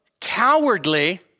cowardly